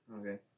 Okay